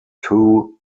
two